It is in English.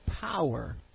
power